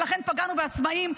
ולכן פגענו בעצמאים.